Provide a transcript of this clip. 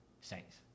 Saints